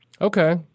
Okay